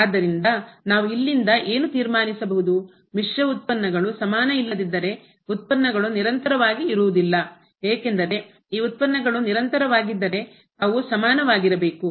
ಆದ್ದರಿಂದ ನಾವು ಇಲ್ಲಿಂದ ಏನು ತೀರ್ಮಾನಿಸಬಹುದು ಮಿಶ್ರ ಉತ್ಪನ್ನಗಳು ಸಮಾನ ಇಲ್ಲದಿದ್ದರೆ ಉತ್ಪನ್ನಗಳು ನಿರಂತರವಾಗಿ ಇರುವುದಿಲ್ಲ ಏಕೆಂದರೆ ಈ ಉತ್ಪನ್ನಗಳು ನಿರಂತರವಾಗಿದ್ದರೆ ಅವು ಸಮಾನವಾಗಿರಬೇಕು